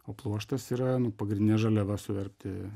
o pluoštas yra nu pagrindinė žaliava suverpti